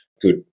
good